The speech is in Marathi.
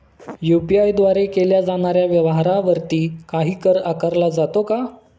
यु.पी.आय द्वारे केल्या जाणाऱ्या व्यवहारावरती काही कर आकारला जातो का?